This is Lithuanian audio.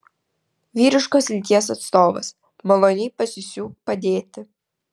vyriškos lyties atstovas maloniai pasisiūk padėti